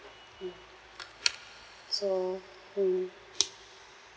mm so hmm